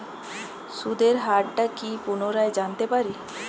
সুদের হার টা কি পুনরায় জানতে পারি?